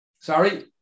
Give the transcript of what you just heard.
Sorry